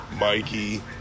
Mikey